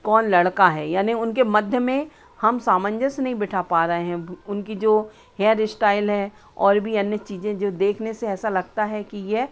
कौन लड़का है यानी उनके मध्य में हम सामंजस नहीं बिठा पा रहे हैं उनकी जो हैयर इश्टाइल है और भी अन्य चीज़ें जो देखने से ऐसा लगता है कि यह